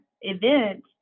event